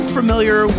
familiar